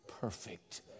perfect